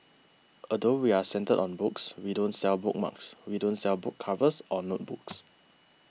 although we're centred on books we don't sell bookmarks we don't sell book covers or notebooks